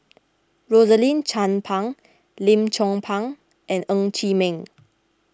Rosaline Chan Pang Lim Chong Pang and Ng Chee Meng